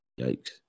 Yikes